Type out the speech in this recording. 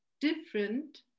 different